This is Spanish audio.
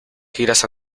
giras